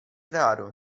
raro